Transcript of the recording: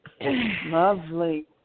Lovely